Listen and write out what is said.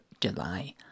July